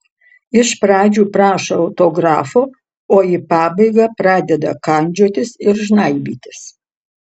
iš pradžių prašo autografo o į pabaigą pradeda kandžiotis ir žnaibytis